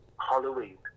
Halloween